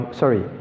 sorry